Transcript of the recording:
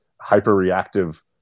hyper-reactive